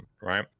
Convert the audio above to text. right